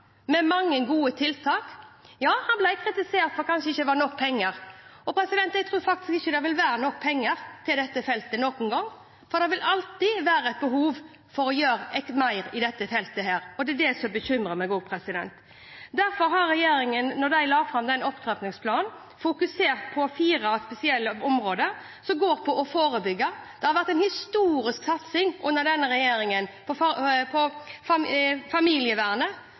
med mange gode tiltak. Ja, den ble kritisert fordi det kanskje ikke var nok penger. Jeg tror faktisk ikke det vil være nok penger til dette feltet noen gang, for det vil alltid være behov for å gjøre mer på dette feltet. Det er også det som bekymrer meg. Derfor har regjeringen da den la fram opptrappingsplanen, fokusert på fire spesielle områder, for å forebygge. Det har under denne regjeringen vært en historisk satsing på familievernet, som skal jobbe med voldsutsatte familier, på